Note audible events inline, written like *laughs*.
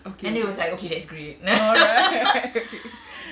okay all right all right *laughs*